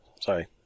Sorry